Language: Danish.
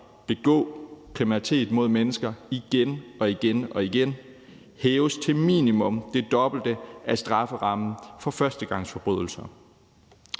begå kriminalitet mod mennesker igen og igen, hæves til minimum det dobbelte af strafferammen for førstegangsforbrydelser.